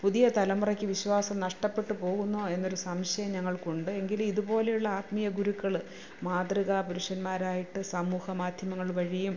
പുതിയ തലമുറയ്ക്ക് വിശ്വാസം നഷ്ട്ടപെട്ട് പോകുന്നോ എന്നൊരു സംശയം ഞങ്ങൾക്കുണ്ട് എങ്കിലും ഇതുപോലെയുള്ള ആത്മീയ ഗുരുക്കള് മാതൃകാപുരുഷന്മാരായിട്ട് സമൂഹമാധ്യമങ്ങള് വഴിയും